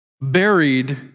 buried